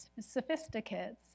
sophisticates